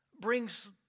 brings